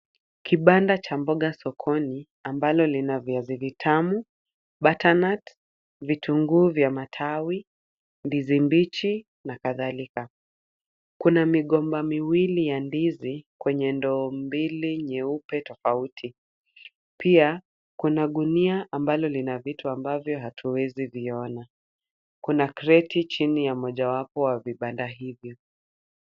Kibanda cha mboga sokoni ambalo lina viazi vitamu, butternut , vitunguu vya matawi, ndizi mbichi na kadhalika. Kuna migomba miwili ya ndizi kwenye ndoo mbili nyeupe tofauti. Pia kuna gunia ambalo lina vitu ambavyo hatuezi viona. Kuna kreti chini ya mojawapo wa vibanda hivyo.